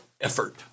effort